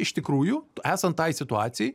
iš tikrųjų esant tai situacijai